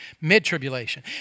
mid-tribulation